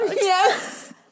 Yes